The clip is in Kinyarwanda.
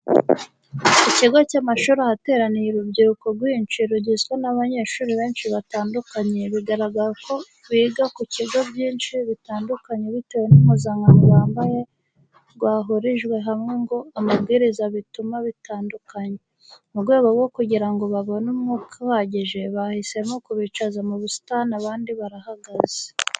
Ku kigo cy'amashuri ahateraniye urubyiruko rwinshi rugizwe n'abanyeshuri benshi batandukanye, bigaragara ko biga ku bigo byinshi bitandukanye bitewe n'impuzankano bambaye rwahurijwe hamwe ngo amabwiriza bintu bitandukanye. Mu rwego rwo kugira ngo babone umwuka uhagije, bahisemo kubicaza mu busitani abandi barahagaze.